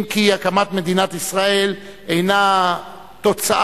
אם כי הקמת מדינת ישראל אינה תוצאה,